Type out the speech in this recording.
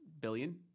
billion